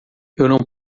não